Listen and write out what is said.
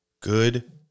Good